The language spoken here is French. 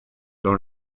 dans